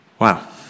Wow